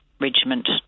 regiment